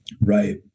Right